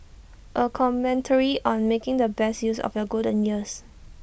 A commentary on making the best use of the golden years